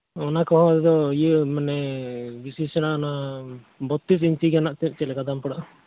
ᱚᱱᱟ ᱠᱚᱦᱚᱸ ᱟᱫᱚ ᱤᱭᱟᱹ ᱢᱟᱱᱮ ᱵᱤᱥᱤ ᱥᱮᱬᱟ ᱱᱚᱣᱟ ᱵᱚᱛᱛᱨᱤᱥ ᱤᱧᱪᱤ ᱜᱟᱱᱟᱜ ᱪᱮᱫᱞᱮᱠᱟ ᱫᱟᱢ ᱯᱟᱲᱟᱜᱼᱟ